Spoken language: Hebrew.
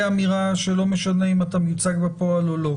אמירה שלא משנה אם אתה מיוצג בפועל או לא,